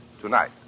tonight